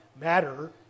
Matter